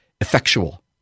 effectual